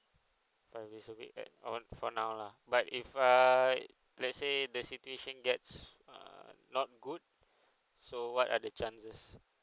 five days a week at on for now lah but if err let's say the situation gets err not good so what are the chances